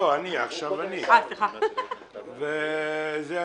אבל ברמת השטח דברים נתקלים במציאות שהיא